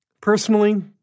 Personally